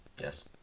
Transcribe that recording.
Yes